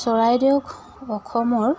চৰাইদেউক অসমৰ